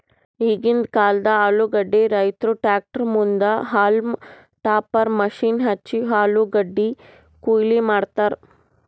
ಈಗಿಂದ್ ಕಾಲ್ದ ಆಲೂಗಡ್ಡಿ ರೈತುರ್ ಟ್ರ್ಯಾಕ್ಟರ್ ಮುಂದ್ ಹೌಲ್ಮ್ ಟಾಪರ್ ಮಷೀನ್ ಹಚ್ಚಿ ಆಲೂಗಡ್ಡಿ ಕೊಯ್ಲಿ ಮಾಡ್ತರ್